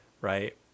Right